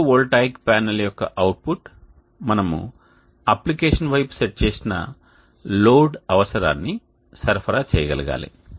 photo voltaic panel యొక్క output మనము application వైపు సెట్ చేసిన లోడ్ అవసరాన్ని సరఫరా చేయగలగాలి